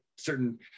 certain